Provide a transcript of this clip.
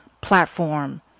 platform